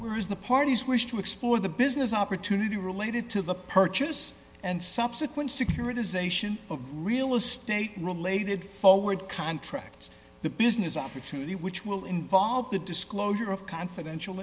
there is the parties wish to explore the business opportunity related to the purchase and subsequent securitization of real estate related forward contracts the business opportunity which will involve the disclosure of confidential